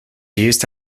used